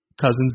Cousins